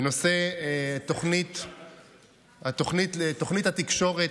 בנושא תוכנית התקשורת,